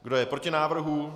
Kdo je proti návrhu?